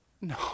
No